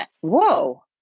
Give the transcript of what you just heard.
Whoa